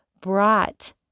brought